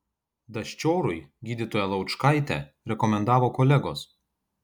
daščiorui gydytoją laučkaitę rekomendavo kolegos